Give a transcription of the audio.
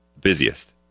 busiest